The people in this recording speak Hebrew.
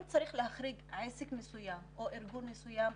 אם צריך להחריג עסק מסוים או ארגון מסוים,